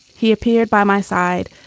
he appeared by my side.